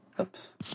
Oops